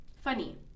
Funny